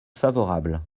favorable